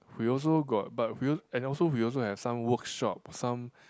we also got but we al~ and also we also have some workshop some